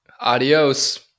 Adios